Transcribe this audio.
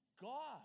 God